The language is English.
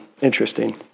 interesting